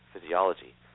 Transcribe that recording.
physiology